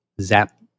zap